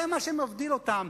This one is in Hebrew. זה מה שמבדיל אותם.